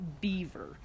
beaver